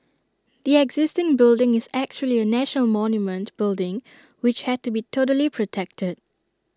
the existing building is actually A national monument building which had to be totally protected